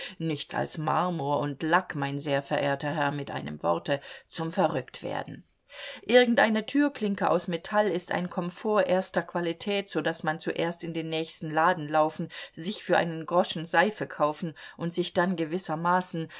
nichts als marmor und lack mein sehr verehrter herr mit einem worte zum verrücktwerden irgendeine türklinke aus metall ist ein komfort erster qualität so daß man zuerst in den nächsten laden laufen sich für einen groschen seife kaufen und sich dann gewissermaßen